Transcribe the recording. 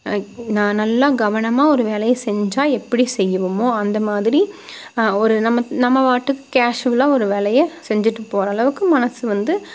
நான் நல்லா கவனமாக ஒரு வேலையை செஞ்சா எப்படி செய்வோமோ அந்தமாதிரி ஒரு நம்ம நம்ம பாட்டுக்கு கேஷுவலாக ஒரு வேலையை செஞ்சிவிட்டு போரளவுக்கு மனசு வந்து